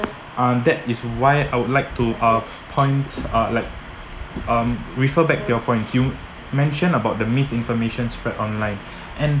uh that is why I would like to uh point like um refer back to your point you mentioned about the misinformation spread online and